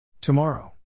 Tomorrow